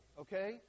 okay